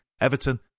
Everton